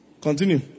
continue